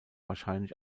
wahrscheinlich